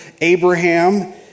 Abraham